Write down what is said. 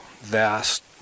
vast